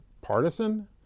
partisan